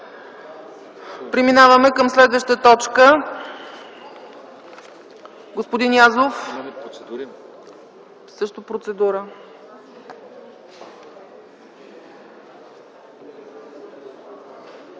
Преминаваме към следващата точка. Господин Язов – процедура.